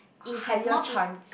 higher chance